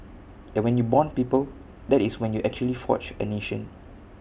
and when you Bond people that is when you actually forge A nation